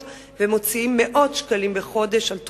ומוציאים מאות שקלים בחודש על תרופות.